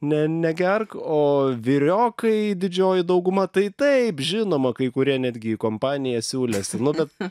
ne negerk o vyriokai didžioji dauguma tai taip žinoma kai kurie netgi į kompaniją siūlėsi nu bet